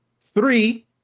Three